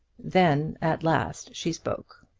then at last she spoke.